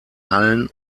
hallen